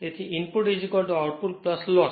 તેથીઇનપુટ output loss